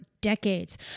decades